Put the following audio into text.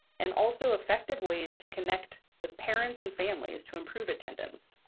and also effective ways to connect with parents and families to improve attendance.